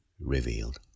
revealed